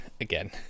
again